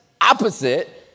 opposite